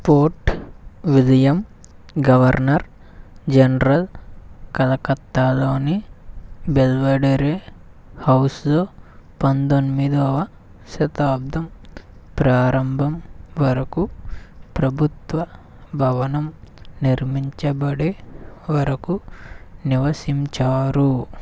fort William governor general కలకత్తాలోని Belvedere హౌస్లో పంతొమ్మిదవ శతాబ్దం ప్రారంభం వరకు ప్రభుత్వ భవనం నిర్మించబడే వరకు నివసించారు